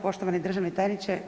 Poštovani državni tajniče.